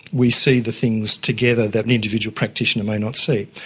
we see the things together that an individual practitioner may not see.